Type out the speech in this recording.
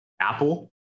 Apple